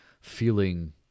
feeling